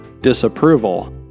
disapproval